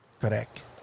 Correct